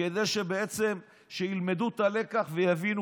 כדי שבעצם ילמדו את הלקח ויבינו,